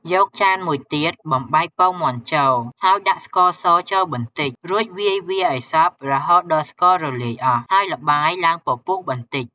យកចានមួយទៀត បំបែកពងមាន់ចូល ហើយដាក់ស្ករសចូលបន្តិច រួចវាយវាឱ្យសព្វរហូតដល់ស្កររលាយអស់ ហើយល្បាយឡើងពពុះបន្តិច។